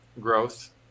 growth